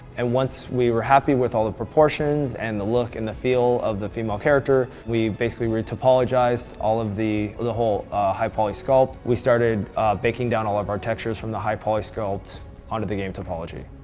and once we were happy with all the proportions, and the look and the feel of the female character we basically retopologized all of the. the whole high poly sculpt. we started baking down all of our textures from the high poly sculpt onto the game topology.